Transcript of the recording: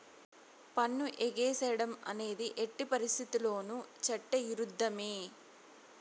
పన్ను ఎగేసేడం అనేది ఎట్టి పరిత్తితుల్లోనూ చట్ట ఇరుద్ధమే